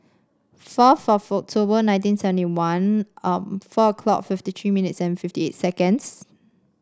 four October nineteen seventy one four o'clock fifty tree minutes and fifty eight seconds